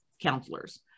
counselors